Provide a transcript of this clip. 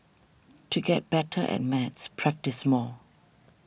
to get better at maths practise more